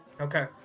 Okay